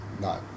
No